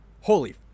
Holy